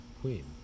queen